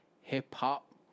hip-hop